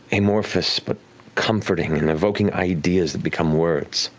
amorphous, but comforting and evoking ideas that become words.